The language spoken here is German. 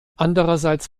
andererseits